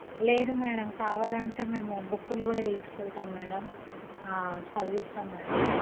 లేదు మ్యాడమ్ కావాలంటే మేము బుక్కులు కూడా తీసుకు వెళ్తాం మ్యాడమ్ చదివిస్తాం మ్యాడమ్